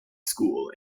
school